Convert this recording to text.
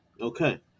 okay